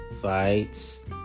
Fights